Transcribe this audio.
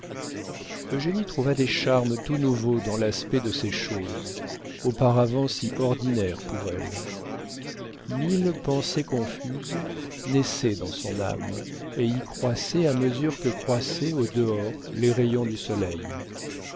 cour eugénie trouva des charmes tout nouveaux dans l'aspect de ces choses auparavant si ordinaires pour elle mille pensées confuses naissaient dans son âme et y croissaient à mesure que croissaient au dehors les rayons du soleil